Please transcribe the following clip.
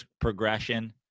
progression